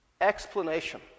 explanation